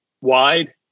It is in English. wide